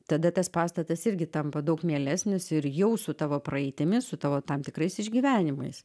tada tas pastatas irgi tampa daug mielesnis ir jau su tavo praeitimi su tavo tam tikrais išgyvenimais